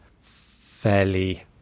fairly